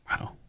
Wow